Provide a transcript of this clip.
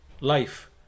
Life